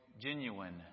genuine